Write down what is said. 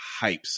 hypes